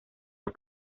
dos